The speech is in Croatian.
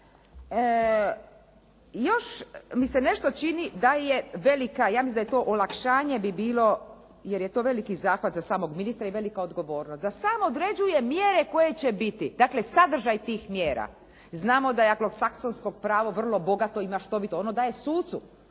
Još mi se nešto čini da je velika, ja mislim da je to olakšanje bi bilo, jer je to veliki zahvat za samog ministra i velika odgovornost da sam određuje mjere koje će biti. Dakle, sadržaj tih mjera. Znamo da je aglosaksonsko pravo vrlo bogato i maštovito, ono daje sucu